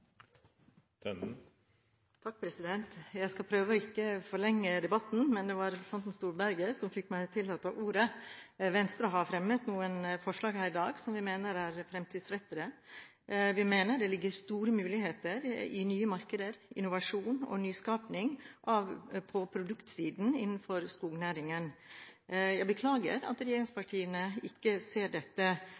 Jeg skal prøve ikke å forlenge debatten, men representanten Storberget fikk meg til å ta ordet. Venstre har fremmet noen forslag her i dag som vi mener er fremtidsrettede. Vi mener det ligger store muligheter i nye markeder, innovasjon og nyskaping på produktsiden innenfor skognæringen. Jeg beklager at regjeringspartiene ikke ser dette